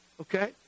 okay